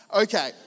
Okay